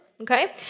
okay